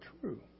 true